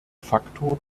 faktor